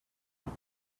mark